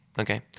okay